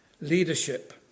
leadership